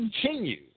continue